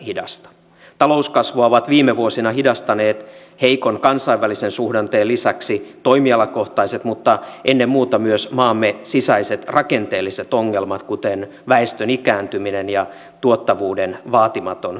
talouskasvua ovat viime vuosina hidastaneet heikon kansainvälisen suhdanteen lisäksi toimialakohtaiset mutta ennen muuta myös maamme sisäiset rakenteelliset ongelmat kuten väestön ikääntyminen ja tuottavuuden vaatimaton kehitys